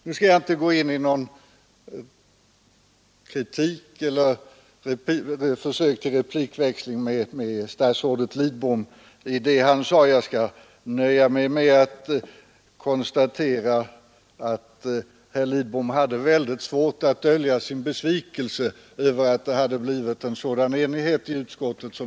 Nu skall jag inte gå in i någon kritik eller något försök till replikväxling med statsrådet Lidbom. Jag skall nöja mig med att konstatera att herr Lidbom hade väldigt svårt att dölja sin besvikelse över att det har blivit en sådan enighet i utskottet.